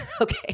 Okay